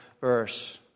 verse